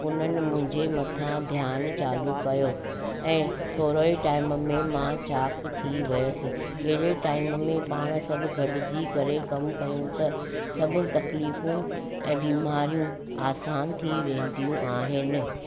उन्हनि मुंहिंजे मथां ध्यानु चालू कयो ऐं थोरे ई टाइम में मां चाकु थी वियसि अहिड़े टाइम में पाणि सभ गॾिजी करे कमु कयूं त सभ तकलीफ़ूं ऐं बीमारियूं आसान थी वेंदियूं आहिनि